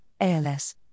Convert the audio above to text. ALS